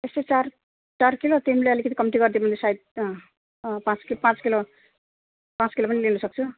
यस्तै चार चार किलो तिमीले अलिकति कम्ती गरिदियौ भने सायद पाँच पाँच किलो पाँच किलो पनि लिनसक्छु